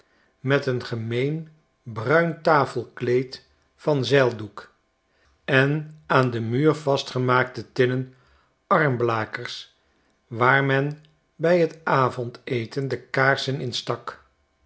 met een gemeen bruin tafelkleed van zeildoek en aan den muur vastgemaakte tinnen armblakers waar men bij t avondeten de kaarsen in stak